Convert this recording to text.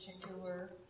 particular